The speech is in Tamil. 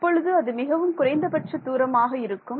அப்பொழுது அது மிகவும் குறைந்தபட்ச தூரமாக இருக்கும்